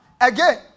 again